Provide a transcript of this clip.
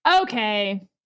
Okay